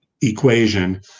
equation